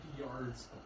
yards